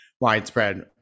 widespread